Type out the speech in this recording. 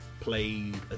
played